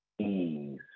Ease